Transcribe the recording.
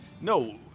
no